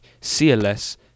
CLS